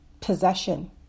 possession